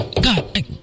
God